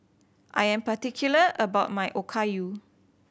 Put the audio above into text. I am particular about my Okayu